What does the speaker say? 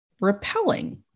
repelling